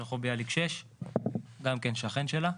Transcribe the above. רחוב ביאליק 6. שכן של מירי.